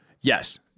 Yes